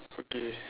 okay